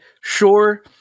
sure